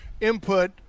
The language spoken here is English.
input